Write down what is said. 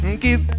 Keep